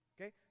Okay